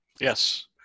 Yes